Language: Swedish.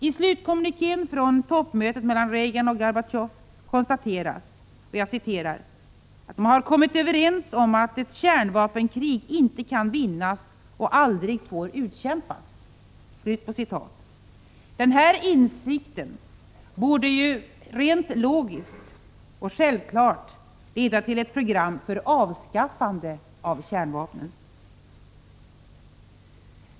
I slutkommunikén från toppmötet mellan Reagan och Gorbatjov konstateras att de ”har kommit överens om att ett kärnvapenkrig inte kan vinnas och aldrig får utkämpas”. Denna insikt borde rent logiskt och självklart leda till ett program för avskaffande av kärnvapnen.